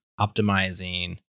optimizing